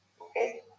Okay